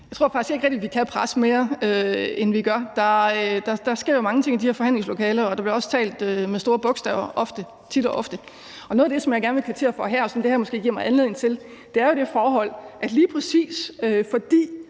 Jeg tror faktisk ikke rigtig, at vi kan presse mere, end vi gør. Der sker mange ting i de her forhandlingslokaler, og der bliver også talt med store bogstaver tit og ofte. Noget af det, jeg gerne vil kvittere for her, som det her måske giver mig anledning til, er det forhold, at lige præcis fordi